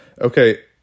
Okay